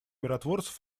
миротворцев